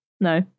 no